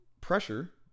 pressure